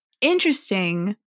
interesting